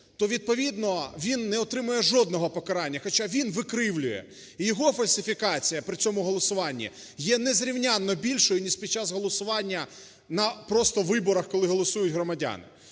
то відповідно він не отримає жодного покарання, хоча він викривлює і його фальсифікація при цьому голосуванні є незрівнянно більшою ніж під час голосування на просто виборах, коли голосують громадяни.